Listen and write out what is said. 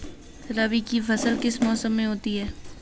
रबी की फसल किस मौसम में होती है?